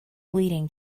leading